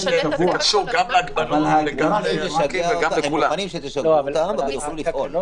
מוכנים שישגעו אותם כי הם יוכלו לפעול.